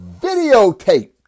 videotaped